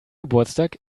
geburtstag